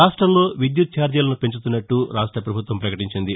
రాష్టంలో విద్యుత్ ఛార్జీలను పెంచుతున్నట్లు రాష్ట ప్రభుత్వం పకటించింది